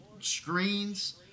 screens